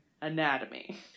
anatomy